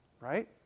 Right